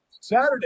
Saturday